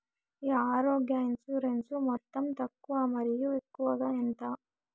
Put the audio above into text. ఈ ఆరోగ్య ఇన్సూరెన్సు మొత్తం తక్కువ మరియు ఎక్కువగా ఎంత?